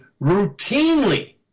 routinely